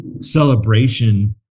celebration